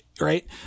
Right